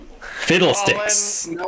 Fiddlesticks